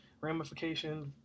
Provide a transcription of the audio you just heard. ramifications